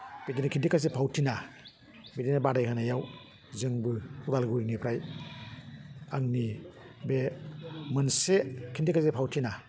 बिदिनो खिन्थिगासे फावथिना बिदिनो बादाय होनायाव जोंबो अदालगुरिनिफ्राय आंनि बे मोनसे खिन्थिगासे फावथिना